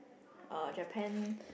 uh Japan